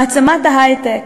מעצמת ההיי-טק,